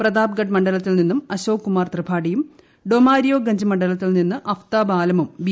പ്രതാപ്ഗഡ് മണ്ഡലത്തിൽ നിന്നും അശോക് കുമാർ ത്രിപാഠിയും ഡോമാരിയാ ഗൻജ് മണ്ഡലത്തിൽ നിന്നും അഫ്താബ് ആലമും ബി